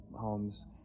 homes